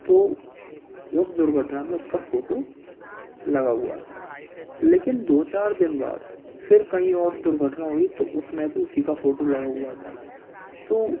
तो उस दुर्घटना में उसका फ़ोटो लगा हुआ था लेकिन दो चार दिन बाद फिर कहीं और दुर्घटना हुई तो उसमें भी उसी का फ़ोटो लगा हुआ था तो